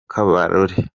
kabarore